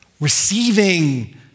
receiving